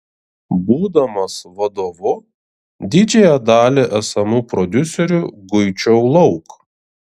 būdamas vadovu didžiąją dalį esamų prodiuserių guičiau lauk